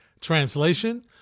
Translation